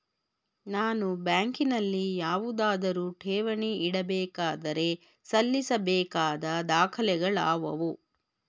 ನಾನು ಬ್ಯಾಂಕಿನಲ್ಲಿ ಯಾವುದಾದರು ಠೇವಣಿ ಇಡಬೇಕಾದರೆ ಸಲ್ಲಿಸಬೇಕಾದ ದಾಖಲೆಗಳಾವವು?